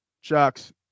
Shocks